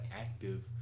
active